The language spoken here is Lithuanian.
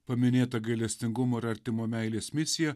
paminėtą gailestingumo ir artimo meilės misija